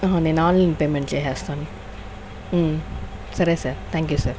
అహా నేను online payment చేసేస్తాను సరే సార్ థ్యాంక్ యు సార్